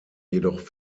jedoch